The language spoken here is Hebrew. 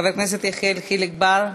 חבר הכנסת יחיאל חיליק בר,